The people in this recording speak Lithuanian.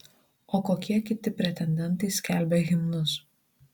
o kokie kiti pretendentai skelbia himnus